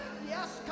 yes